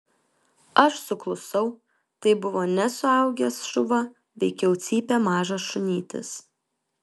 aš suklusau tai buvo ne suaugęs šuva veikiau cypė mažas šunytis